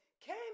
came